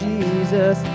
Jesus